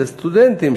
זה סטודנטים,